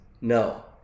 No